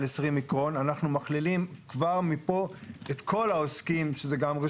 החזרת הטובין כי אם צרכן בא עם שקית מהבית והיא אינה נקייה